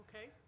Okay